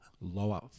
lower